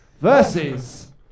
Versus